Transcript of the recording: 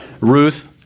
Ruth